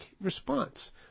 response